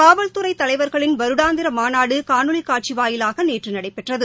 காவல்துறை தலைவர்களின் வருடாந்திர மாநாடு காணொலி காட்சி வாயிலாக நேற்று நடைபெற்றது